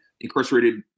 incarcerated